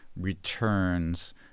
returns